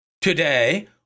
Today